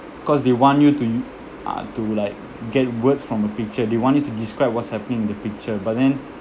cause they want you to yo~ uh to like get words from a picture they want you to describe what's happening in the picture but then